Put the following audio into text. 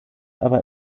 aber